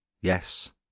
Yes